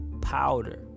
powder